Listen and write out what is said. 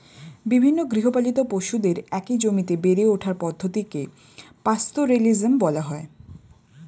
বিভিন্ন গৃহপালিত পশুদের একই জমিতে বেড়ে ওঠার পদ্ধতিকে পাস্তোরেলিজম বলা হয়